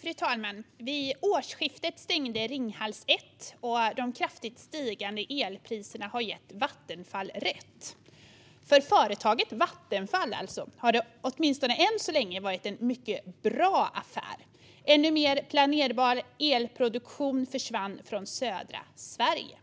Fru talman! Vid årsskiftet stängde Ringhals 1, och de kraftigt stigande elpriserna har gett Vattenfall rätt. För företaget Vattenfall har det åtminstone än så länge varit en mycket bra affär. Ännu mer planerbar elproduktion försvann från södra Sverige.